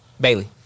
Bailey